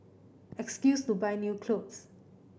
excuse to buy new clothes